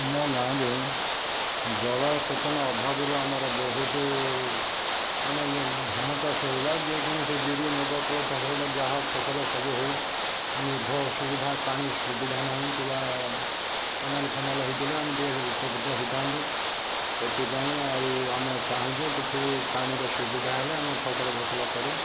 ଆମ ଗାଁରେ ଜଳସେଚନ ଅଭାବରୁ ଆମର ବହୁତ ମାନେ ଧାନ ଚାଷ ହଉ ବା ଯେକୌଣସି ବିରି ମୁଗ କୋଳଥ ହରଡ଼ ଯାହା ଫସଲ ସବୁ ହଉ ମେଘ ଅସୁବିଧା ପାଣି ସୁବିଧା ନାହିଁ କିବା କେନାଲ ଫେନାଲ ହେଇଥିଲେ ଆମେ ଟିକେ ଉପକୃତ ହେଇଥାନ୍ତୁ ସେଥିପାଇଁ ଆଉ ଆମେ ଚାହୁଁଛୁ କିଛି ପାଣିର ସୁବିଧା ହେଲେ ଆମେ ଫସଲ ଫସଲ କରିବୁ